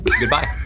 Goodbye